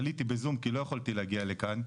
עליתי בזום כי לא יכלתי להגיע לכאן,